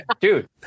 dude